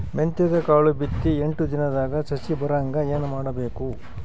ಮೆಂತ್ಯದ ಕಾಳು ಬಿತ್ತಿ ಎಂಟು ದಿನದಾಗ ಸಸಿ ಬರಹಂಗ ಏನ ಮಾಡಬೇಕು?